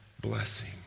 blessing